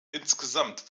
insgesamt